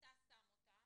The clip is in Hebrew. שם אותם